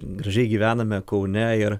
gražiai gyvename kaune ir